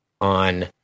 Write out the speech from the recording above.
on